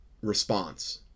response